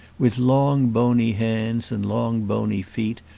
with long, bony hands, and long bony feet,